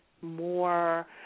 more